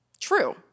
True